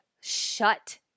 shut